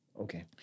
Okay